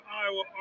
Iowa